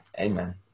Amen